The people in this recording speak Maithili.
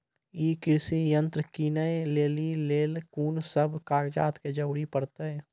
ई कृषि यंत्र किनै लेली लेल कून सब कागजात के जरूरी परतै?